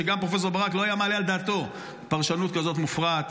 גם פרופ' ברק לא היה מעלה על דעתו פרשנות כזאת מופרעת,